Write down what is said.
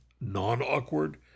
non-awkward